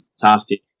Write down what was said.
fantastic